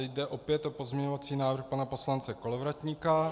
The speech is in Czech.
Jde opět o pozměňovací návrh pana poslance Kolovratníka.